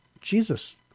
Jesus